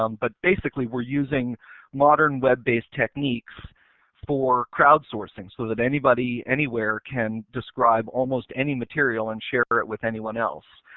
um but basically we are using modern web based techniques for crowd sourcing so that anybody anywhere can describe almost any material and share it with anyone else.